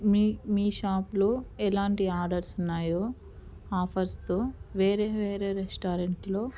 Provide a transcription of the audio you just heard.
మీ మీ షాప్లో ఎలాంటి ఆర్డర్స్ ఉన్నాయో ఆఫర్స్తో వేరే వేరే రెస్టారెంట్లో